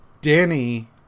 Danny